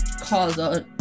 cause